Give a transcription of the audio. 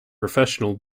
professional